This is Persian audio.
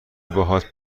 باهات